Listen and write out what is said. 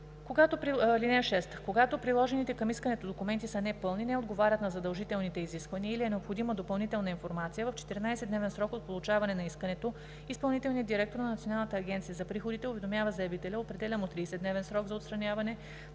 данни. (6) Когато приложените към искането документи са непълни, не отговарят на задължителните изисквания или е необходима допълнителна информация, в 14-дневен срок от получаване на искането изпълнителният директор на Националната агенция за приходите уведомява заявителя, определя му 30-дневен срок за отстраняване